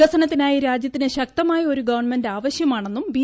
വികസന്ത്തിനായി രാജ്യത്തിന് ശക്തമായ ഒരു ഗവൺമെന്റ് ആവശ്യമാണെന്നും ബി